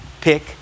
pick